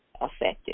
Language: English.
affected